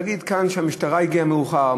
נגיד כאן שהמשטרה הגיעה מאוחר,